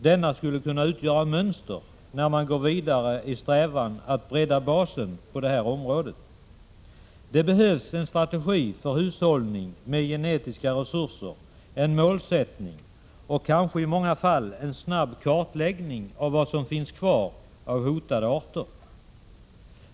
Denna skulle kunna utgöra mönster när man går vidare i strävan att bredda basen på det här området. Det behövs en strategi för hushållning med genetiska resurser, en målsättning och kanske i många fall en snabb kartläggning av vad som finns kvar av hotade arter.